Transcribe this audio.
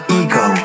ego